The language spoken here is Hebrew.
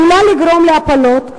עלולה לגרום להפלות,